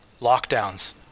lockdowns